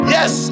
Yes